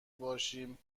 باشیم